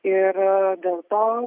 ir dėl to